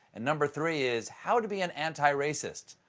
and number three is how to be an anti-racist.